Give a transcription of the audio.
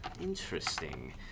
Interesting